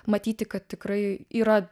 matyti kad tikrai yra